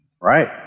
right